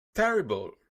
terrible